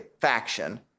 faction